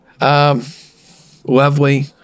Lovely